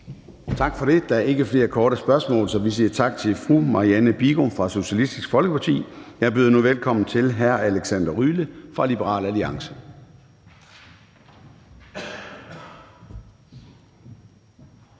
Tak for det. Der er ikke flere korte bemærkninger. Så vi siger tak til fru Marianne Bigum fra Socialistisk Folkeparti. Jeg byder nu velkommen til hr. Alexander Ryle fra Liberal Alliance.